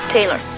Taylor